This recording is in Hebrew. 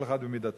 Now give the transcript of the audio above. כל אחד במידתו,